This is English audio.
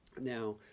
Now